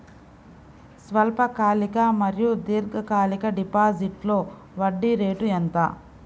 స్వల్పకాలిక మరియు దీర్ఘకాలిక డిపోజిట్స్లో వడ్డీ రేటు ఎంత?